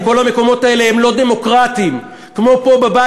כי כל המקומות האלה הם לא דמוקרטיים כמו פה,